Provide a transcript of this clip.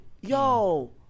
yo